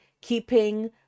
Keeping